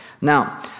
Now